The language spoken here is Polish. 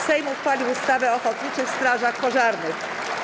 Sejm uchwalił ustawę o ochotniczych strażach pożarnych.